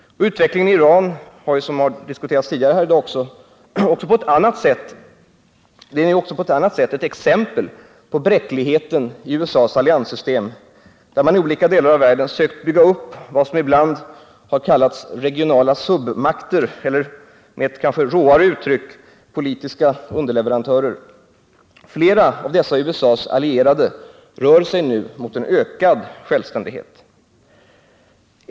Utvecklingen i Iran är ju — som diskuterats tidigare här i dag — också på ett annat sätt ett exempel på bräckligheten i USA:s allianssystem, där man i olika delar av världen sökt bygga upp vad som ibland kallas regionala ”submakter” eller, med ett kanske råare uttryck, politiska underleverantörer. Flera av dessa USA:s allierade rör sig nu mot en ökad självständighet.